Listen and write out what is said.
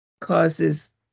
causes